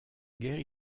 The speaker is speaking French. guerre